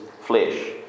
flesh